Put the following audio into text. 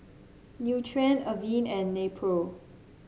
Nutren Avene and Nepro